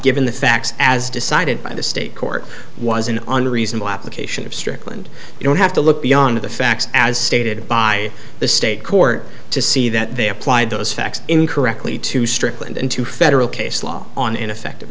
given the facts as decided by the state court was an unreasonable application of strickland you don't have to look beyond the facts as stated by the state court to see that they applied those facts incorrectly to strickland into federal case law on ineffective